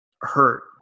hurt